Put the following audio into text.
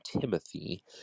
Timothy